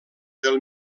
del